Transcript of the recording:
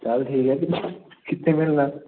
ਚਲ ਠੀਕ ਹੈ ਕਿੱਥੇ ਮਿਲਣਾ